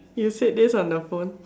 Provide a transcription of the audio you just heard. you said this on the phone